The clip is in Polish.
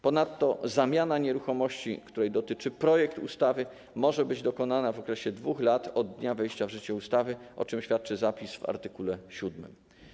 Ponadto zamiana nieruchomości, której dotyczy projekt ustawy, może być dokonana w okresie 2 lat od dnia wejścia w życie ustawy, o czym świadczy zapis w art. 7.